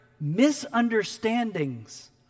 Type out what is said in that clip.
misunderstandings